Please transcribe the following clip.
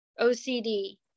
OCD